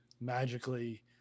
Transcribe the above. magically